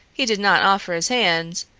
he did not offer his hand,